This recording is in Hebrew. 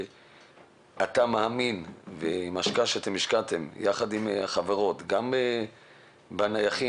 אתה מאמין שבהשקעה שהשקעתם יחד עם החברות גם בנייחים